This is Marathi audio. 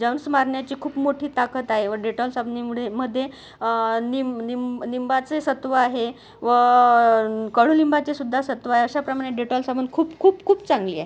जर्मस् मारण्याची खूप मोठी ताकद आहे व डेटॉल साबणामुळे मध्ये निम निम निंबाचे सत्त्व आहे व कडुलिंबाचेसुद्धा सत्त्व आहे अशा प्रमाणे डेटॉल साबण खूप खूप खूप चांगली आहे